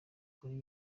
kuri